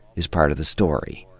is part of the story.